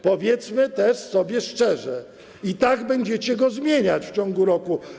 Powiedzmy sobie szczerze: i tak będziecie go zmieniać w ciągu roku.